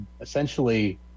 essentially